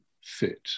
fit